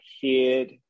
hid